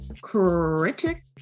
critic